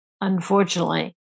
Unfortunately